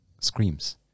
screams